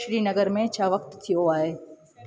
श्री नगर में छा वक़्तु थियो आहे